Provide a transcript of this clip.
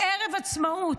בערב יום עצמאות.